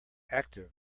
active